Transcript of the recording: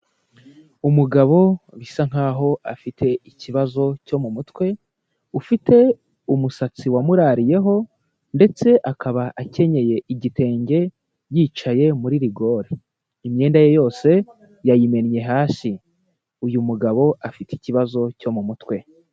Umugabo bisa nkaho afite ikibazo cyo mumutwe, ufite umusatsi wamurariyeho ndetse akaba akenyeye igitenge, yicaye muri rigore, imyenda ye yose yayimennye hasi, uyu mugabo afite ikibazo cyo mu mutwe.